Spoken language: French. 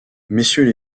messieurs